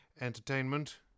entertainment